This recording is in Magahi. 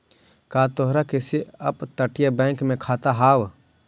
का तोहार किसी अपतटीय बैंक में खाता हाव